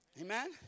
Amen